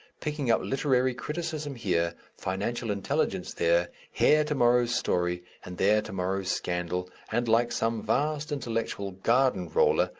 picking up literary criticism here, financial intelligence there, here to-morrow's story, and there to-morrow's scandal, and, like some vast intellectual garden-roller,